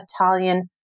Italian